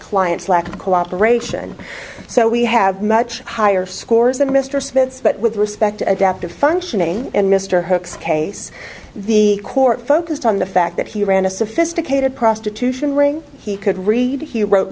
client's lack of cooperation so we have much higher scores than mr spence but with respect to adaptive functioning in mr hookes case the court focused on the fact that he ran a sophisticated prostitution ring he could read he wrote